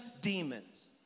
demons